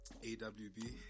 AWB